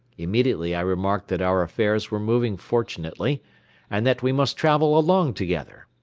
immediately i remarked that our affairs were moving fortunately and that we must travel along together.